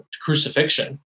crucifixion